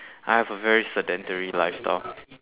I have a very sedentary lifestyle